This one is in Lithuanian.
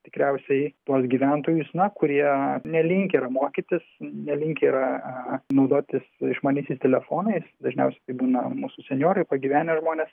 tikriausiai tuos gyventojus na kurie nelinkę mokytis nelinkę yra naudotis išmaniaisiais telefonais dažniausiai tai būna mūsų senjorai pagyvenę žmonės